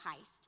heist